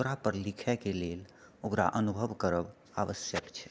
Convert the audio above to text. ओकरापर लिखएके लेल ओकरा अनुभव करब आवश्यक छै